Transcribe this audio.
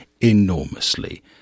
enormously